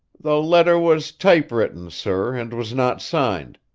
the letter was typewritten, sir, and was not signed.